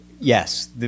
yes